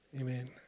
Amen